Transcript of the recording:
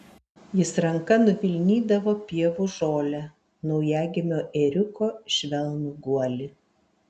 jis ranka nuvilnydavo pievų žolę naujagimio ėriuko švelnų guolį